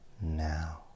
now